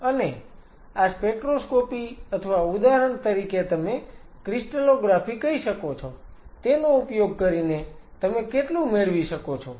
અને આ સ્પેક્ટ્રોસ્કોપી અથવા ઉદાહરણ તરીકે તમે ક્રીસ્ટલૉગ્રાફી કહી શકો છો તેનો ઉપયોગ કરીને તમે કેટલું મેળવી શકો છો